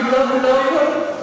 אם החוק יכלול את